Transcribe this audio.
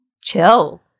chill